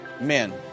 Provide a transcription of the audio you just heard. men